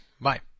Bye